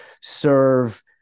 serve